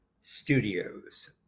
Studios